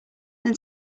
then